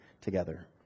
together